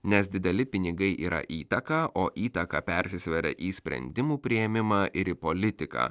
nes dideli pinigai yra įtaka o įtaka persisveria į sprendimų priėmimą ir į politiką